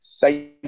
Thank